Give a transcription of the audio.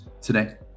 today